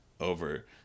Over